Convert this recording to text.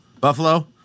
Buffalo